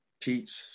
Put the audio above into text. teach